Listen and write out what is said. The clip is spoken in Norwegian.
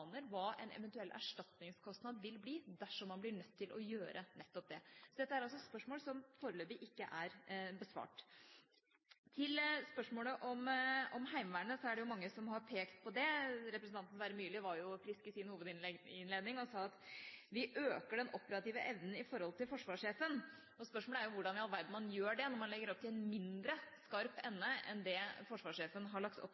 aner hva en eventuell erstatningskostnad vil bli dersom man blir nødt til å gjøre nettopp det. Dette er altså spørsmål som foreløpig ikke er besvart. Til spørsmålet om Heimevernet er det mange som har pekt på det. Representanten Sverre Myrli var jo frisk i sin hovedinnledning og sa at vi øker den operative evnen i forhold til forsvarssjefens råd. Spørsmålet er jo hvordan i all verden man gjør det når man legger opp til en mindre skarp ende enn det forsvarssjefen har lagt opp